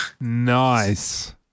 Nice